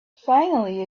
finally